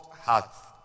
hath